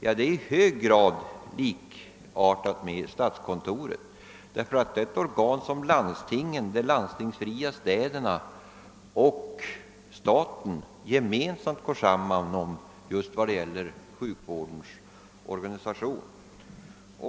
Ja, detta är i hög grad likartat med statskontoret, eftersom de som står bakom det är landstingen, de landstingsfria städerna och staten, vilka gemensamt gått samman i strävandena att rationalisera sjukvårdens organisation.